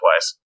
twice